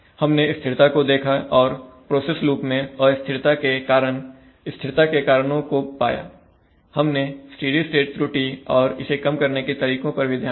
हमने स्थिरता को देखा और प्रोसेस लूप मैं अस्थिरता के कारण स्थिरता के कारणों को पाया हमने स्टेडी स्टेट त्रुटि और इसे कम करने के तरीकों पर भी ध्यान दिया